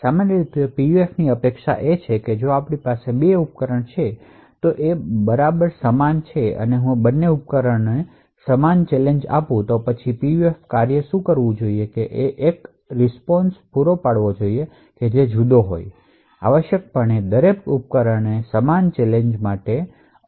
સામાન્ય રીતે પીયુએફની અપેક્ષા એ છે કે જો આપણી પાસે બે ઉપકરણો છે જે બરાબર સમાન છે અને હું બંને ઉપકરણોને સમાન ચેલેન્જ પ્રદાન કરું છું તો પછી પીયુએફકાર્ય શું કરવું જોઈએ તે છે એક રીસ્પોન્શ પૂરો પાડવો જોઈએ જે જુદો છે આવશ્યકપણે દરેક ઉપકરણે સમાન ચેલેન્જ માટે અનન્ય રીસ્પોન્શ પૂરો પાડવો જોઈએ